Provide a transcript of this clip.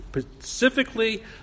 specifically